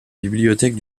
bibliothèque